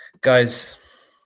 guys